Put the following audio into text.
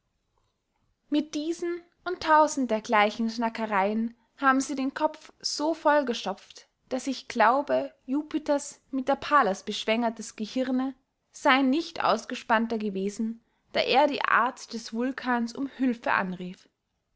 mit diesen und tausend dergleichen schnakereyen haben sie den kopf so vollgestopft daß ich glaube jupiters mit der pallas beschwängertes gehirne sey nicht ausgespannter gewesen da er die art des vulkans um hülfe anrief